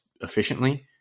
efficiently